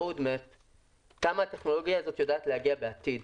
למה הטכנולוגיה הזאת יודעת להגיע בעתיד.